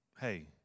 hey